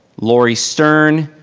lori sterne.